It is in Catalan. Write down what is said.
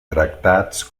tractats